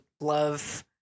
love